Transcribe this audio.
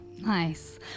nice